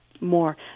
more